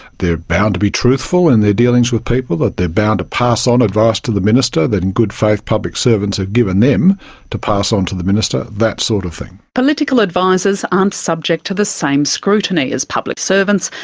they are bound to be truthful in their dealings with people, that they are bound to pass on advice to the minister that in good faith public servants have given them to pass on to the minister, that sort of thing. political advisors aren't subject to the same scrutiny as public servants,